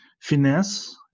finesse